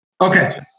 Okay